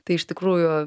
tai iš tikrųjų